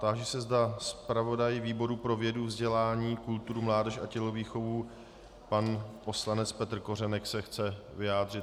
Táži se, zda zpravodaj výboru pro vědu, vzdělání, kulturu, mládež a tělovýchovu, pan poslanec Petr Kořenek se chce také vyjádřit.